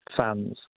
fans